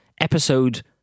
episode